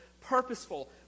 purposeful